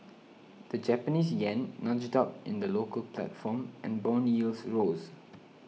the Japanese yen nudged up in the local platform and bond yields rose